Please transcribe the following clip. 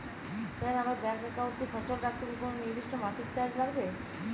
Sir আমার bank একাউন্টটি সচল রাখতে কি কোনো নির্দিষ্ট মাসিক চার্জ লাগবে?